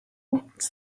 wants